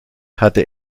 hatte